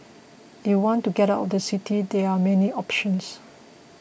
if you want to get out of the city there are many options